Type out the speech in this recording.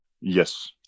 yes